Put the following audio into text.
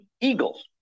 Eagles